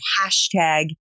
hashtag